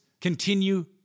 continue